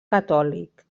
catòlic